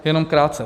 Jen krátce.